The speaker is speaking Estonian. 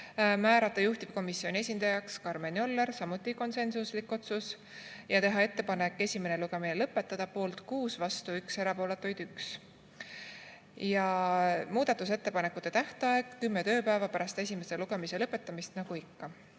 määrata juhtivkomisjoni esindajaks Karmen Joller – samuti konsensuslik otsus – ja teha ettepanek esimene lugemine lõpetada – poolt 6, vastu 1, erapooletuid 1. Muudatusettepanekute tähtaeg on kümme tööpäeva pärast esimese lugemise lõpetamist, nagu ikka.